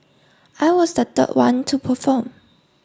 I was the third one to perform